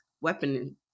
weapon